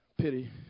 Pity